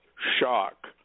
shock